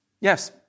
Yes